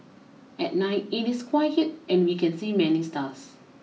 at night it is quiet and we can see many stars